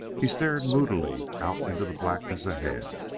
he stared moodily out into the blackness ahead,